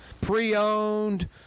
Pre-owned